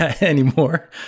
anymore